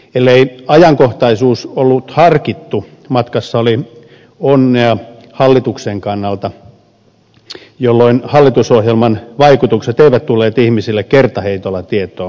ellei ajankohtaisuus ollut harkittu matkassa oli onnea hallituksen kannalta jolloin hallitusohjelman vaikutukset eivät tulleet ihmisille kertaheitolla tietoon